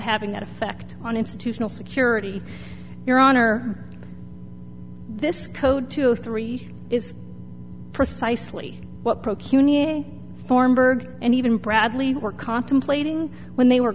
having that effect on institutional security your honor this code to three is precisely what form berg and even bradley were contemplating when they were